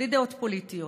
בלי דעות פוליטיות,